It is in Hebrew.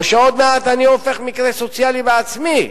או שעוד מעט אני הופך למקרה סוציאלי בעצמי.